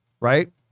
Right